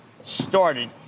started